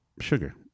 Sugar